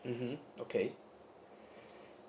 mmhmm okay